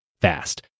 fast